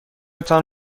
تان